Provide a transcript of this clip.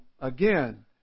again